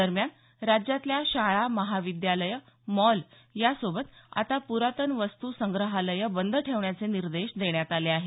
दरम्यान राज्यातल्या शाळा महाविद्यालयं मॉल यासोबत आता पुरातन वस्तू संग्रहालयं बंद ठेवण्याचे निर्देश देण्यात आले आहेत